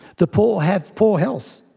the poor have poor health,